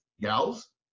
gals